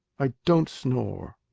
i don't snore,